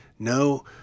No